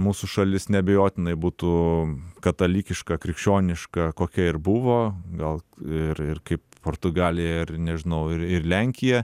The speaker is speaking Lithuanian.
mūsų šalis neabejotinai būtų katalikiška krikščioniška kokia ir buvo gal ir ir kaip portugalija ir nežinau ir ir lenkija